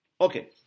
Okay